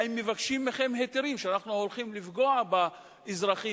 האם מבקשים מכם היתרים: אנחנו הולכים לפגוע באזרחים,